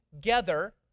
together